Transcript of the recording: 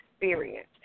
experience